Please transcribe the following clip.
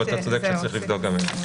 אבל אתה צודק שצריך לבדוק גם את זה.